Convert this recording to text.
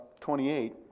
28